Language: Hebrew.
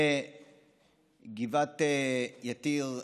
בגבעת יתיר,